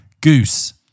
Goose